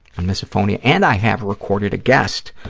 on misophonia. and i have recorded a guest